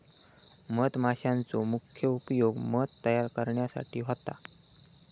मधमाशांचो मुख्य उपयोग मध तयार करण्यासाठी होता